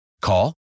Call